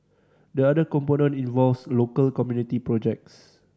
the other component involves local community projects